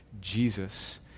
Jesus